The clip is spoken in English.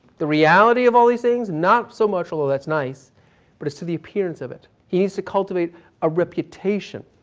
the reality of all these things? not so much, although that's nice but it's to the appearance of it. he needs to cultivate a reputation.